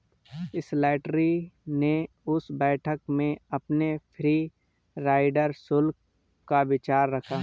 Slattery ने उस बैठक में अपने फ्री राइडर शुल्क का विचार रखा